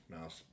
mouse